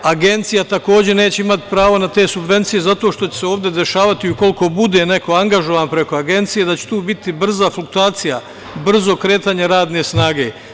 Agencija takođe neće imati pravo na te subvencije, zato što će se ovde dešavati, ukoliko bude neko angažovan preko Agencije, da će tu biti brza fluktuacija, brzo kretanje radne snage.